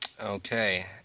Okay